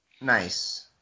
Nice